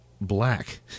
black